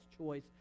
choice